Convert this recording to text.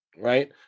Right